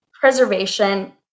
preservation